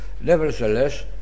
nevertheless